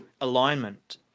alignment